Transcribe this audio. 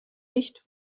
nicht